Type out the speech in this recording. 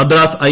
Madras I